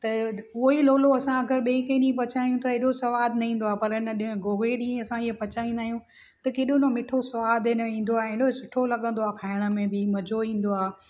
त उहोई लोलो असां अगरि ॿिए कंहिं ॾींहुं पचायूं त एॾो सवादु न ईंदो आहे पर हिन ॾींहुं ॻोगे ॾींहुं असां इहे पचाईंदा आहियूं त केॾो न मिठो सवादु हिनजो ईंदो आहे एॾो सुठो लॻंदो आहे खाइण में बि मज़ो ईंदो आहे